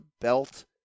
belt